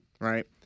right